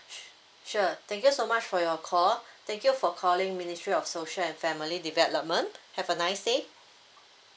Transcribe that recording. sure thank you so much for your call thank you for calling ministry of social and family development have a nice day